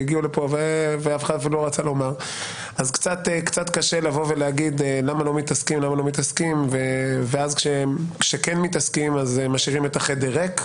אז קצת קשה לשאול למה לא מתעסקים וכשכן מתעסקים אז משאירים את החדר ריק.